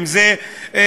אם זה ציוד,